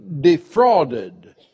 defrauded